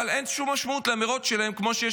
אבל אין שום משמעות לאמירות שלהם כמו שיש